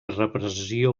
repressió